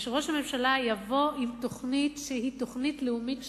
וראש הממשלה יבוא עם תוכנית שהיא תוכנית לאומית שלנו.